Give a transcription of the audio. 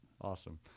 Awesome